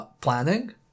planning